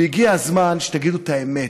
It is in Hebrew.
והגיע הזמן שתגידו את האמת,